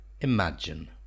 Imagine